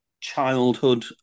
childhood